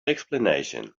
explanation